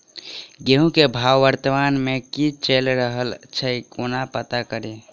गेंहूँ केँ भाव वर्तमान मे की चैल रहल छै कोना पत्ता कड़ी?